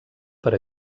per